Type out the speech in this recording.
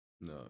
No